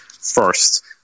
first